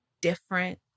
different